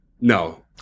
No